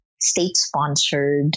state-sponsored